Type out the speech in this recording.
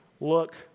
look